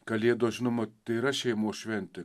kalėdos žinoma tai yra šeimos šventė